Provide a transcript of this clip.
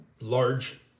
large